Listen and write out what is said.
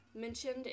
Mentioned